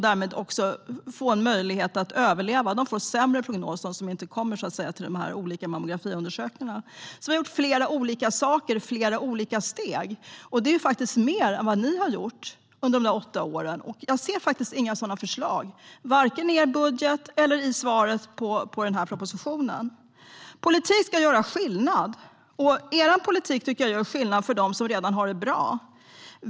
Därmed ökar också deras möjligheter att överleva. De som inte kommer till mammografiundersökningarna får en sämre prognos. Vi har alltså gjort flera olika saker i flera olika steg. Det är faktiskt mer än vad ni gjorde under de där åtta åren. Jag ser faktiskt inga sådana förslag - varken i er budget eller i svaret på den här propositionen. Politik ska göra skillnad. Er politik tycker jag gör skillnad för dem som redan har det bra.